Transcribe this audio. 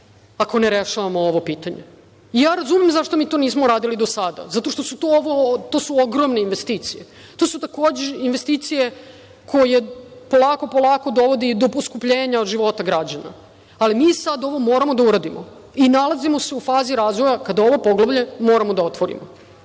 ako ne rešavamo ovo pitanje. Ja razumem zašto mi to nismo uradili do sada, zato što su to ogromne investicije, to su takođe investicije koje polako dovode do poskupljenja života građana, ali mi sada ovo moramo da uradimo i nalazimo se u fazi razvoja kada ovo poglavlje moramo da otvorimo. Što